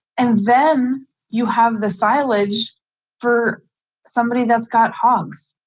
and then you have the silage for somebody that's got hogs.